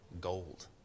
Gold